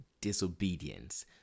disobedience